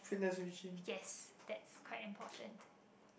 yes that's quite important